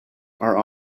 are